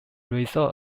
result